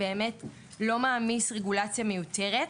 לא מעמיס רגולציה מיותרת,